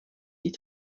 die